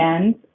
end